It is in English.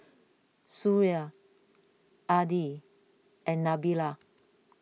Suria Adi and Nabila